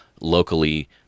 locally